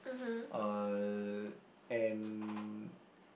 uh and